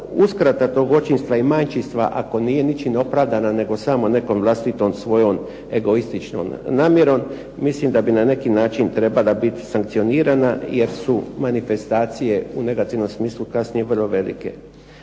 uskrata majčinstva i očinstva ako nije ničim opravdana nego samo nekom vlastitom egoističnom namjerom, mislim da bi na neki način trebala biti sankcionirana jer su manifestacije u negativnim smislu kasnije vrlo negativne.